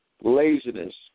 laziness